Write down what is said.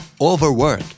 Overwork